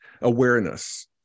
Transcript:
awareness